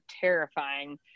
terrifying